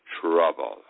trouble